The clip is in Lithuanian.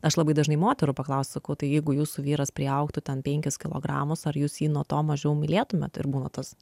aš labai dažnai moterų paklausiu sakau tai jeigu jūsų vyras priaugtų ten penkis kilogramus ar jūs jį nuo to mažiau mylėtumėt ir būna tas